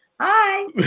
Hi